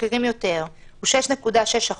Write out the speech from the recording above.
הבכירים יותר, הוא 6.6%,